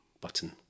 button